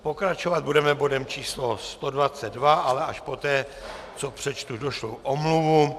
Pokračovat budeme bodem 122, ale až poté, co přečtu došlou omluvu.